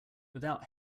without